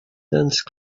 dense